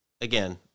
again